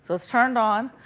so it's turned on.